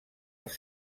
els